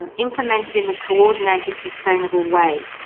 um implemented in a coordinated, sustainable way.